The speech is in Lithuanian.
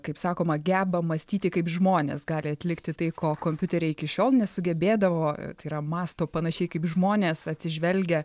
kaip sakoma geba mąstyti kaip žmonės gali atlikti tai ko kompiuteriai iki šiol nesugebėdavo tai yra mąsto panašiai kaip žmonės atsižvelgia